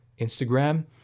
instagram